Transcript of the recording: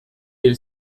hil